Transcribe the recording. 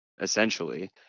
essentially